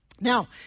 Now